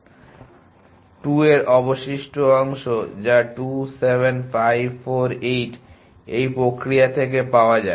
2 এর অবশিষ্ট অংশ যা 2 7 5 4 8 এই প্রক্রিয়া থেকে পাওয়া যায়